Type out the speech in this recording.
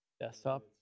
desktop